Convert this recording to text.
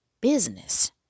business